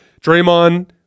Draymond